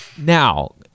Now